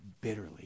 bitterly